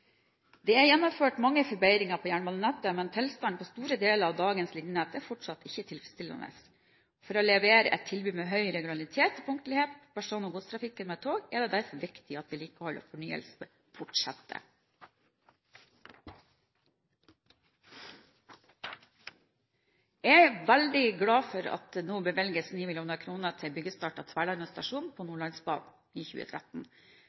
Det er gjennomført mange forbedringer på jernbanenettet, men tilstanden på store deler av dagens linjenett er fortsatt ikke tilfredsstillende. For å levere et tilbud med høy regularitet og punktlighet i person- og godstrafikken med tog er det derfor viktig at vedlikehold og fornyelse fortsetter. Jeg er veldig glad for at det nå bevilges 9 mill. kr til byggestart av Tverlandet stasjon på Nordlandsbanen i 2013.